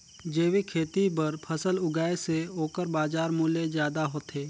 जैविक खेती बर फसल उगाए से ओकर बाजार मूल्य ज्यादा होथे